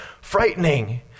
frightening